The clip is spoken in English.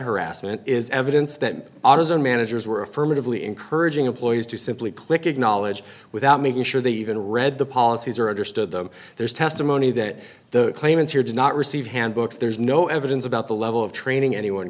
harassment is evidence that autism managers were affirmatively encouraging employees to simply click ignalina without making sure they even read the policies or understood them there's testimony that the claimants here did not receive handbooks there's no evidence about the level of training anyone